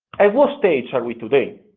at what stage are we today?